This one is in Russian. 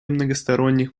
многосторонних